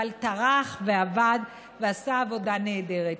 אבל טרח ועבד ועשה עבודה נהדרת.